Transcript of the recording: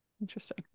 interesting